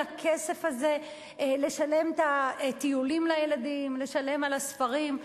הכסף הזה כדי לשלם על הטיולים לילדים ולשלם על הספרים.